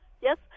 Yes